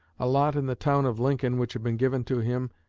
a lot in the town of lincoln which had been given to him,